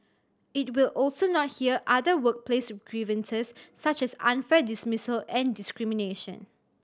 it will also not hear other workplace grievances such as unfair dismissal and discrimination